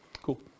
Cool